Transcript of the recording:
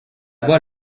bas